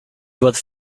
was